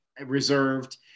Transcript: reserved